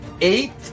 eight